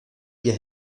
ihr